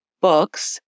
books